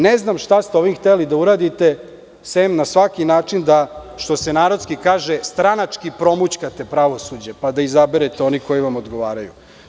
Ne znam šta ste ovim hteli da uradite, sem na svaki način da, što se narodski kaže, stranački promućkate pravosuđe, pa da izaberete one koji vam odgovaraju.